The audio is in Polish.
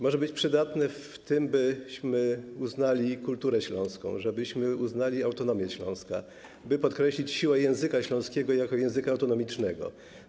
Może być przydatne do tego, byśmy uznali kulturę śląską, żebyśmy uznali autonomię Śląska, by podkreślić siłę języka śląskiego jako języka autonomicznego.